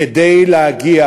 כדי להגיע